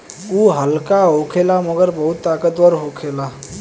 उ हल्का होखेला मगर बहुत ताकतवर होखेला